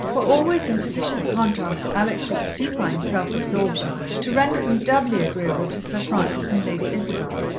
were always in sufficient contrast to alex' supine self-absorption to render them doubly agreeable to sir francis and lady isabel.